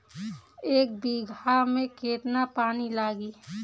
एक बिगहा में केतना पानी लागी?